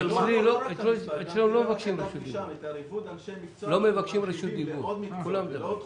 את אנשי המקצוע מרחיבים לעוד מקצוע, לעוד תחומים.